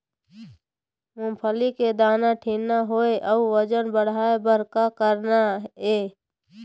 मूंगफली के दाना ठीन्ना होय अउ वजन बढ़ाय बर का करना ये?